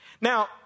Now